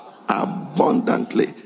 Abundantly